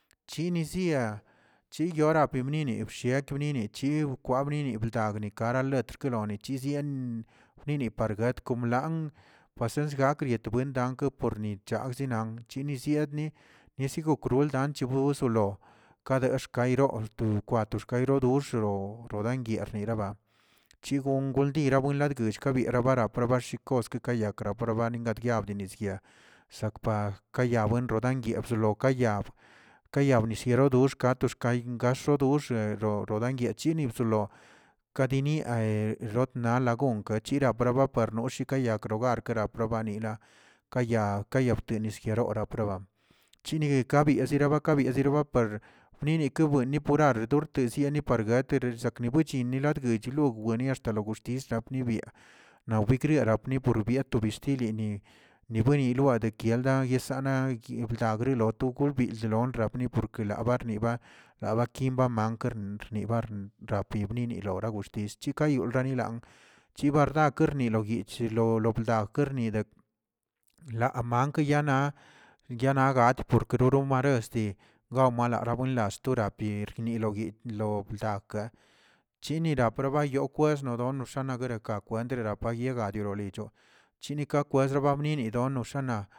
Chinizia, chiyora pibnibib yak bnini bchiꞌ kwa bnini ldag kara letr keroni chian nini pargot parnet pasens gak pargak buen yet porni chagzinan yini siatni nisogo kwel dranch bozolo kade rkairor wikwato xkadexochudo rodangier nirdaraba chiro guldira gurdagak shkabira prab chikoske keyake parbanin yab dinis yaa zakpa ka yag buen roda yeebzolo ka yab ka uab nisyero bdox to xkayin yendo dox yechini bsolo kadini hee nalagonke yirapraba parnosheyigrakorgakra abuaniba baya kayag teniskə ora proba chini yezi nidikerabua yuba parə yini kwini purar purki sieni parguet rsakebuchinigak guch guewini axtakawak tisna rebiaꞌ naꞌ wikniarebuink bia to beshitilini ni bbueni lda dekeyakanista naꞌ yagda loto gombill- ldoꞌ rakni porke la rabnilaba labarkin raba rapibni loba stich lekayoldani chibardakeə niloguich lo obrnarkadi la amakyana yana gat porke nolormabnat gawlama nenastori biet gni ligyit lo akə chinila parbayokeə yeshnodon shpad berakwandardiyi gayodirolicho chini ka kwesdro bininidonoxa.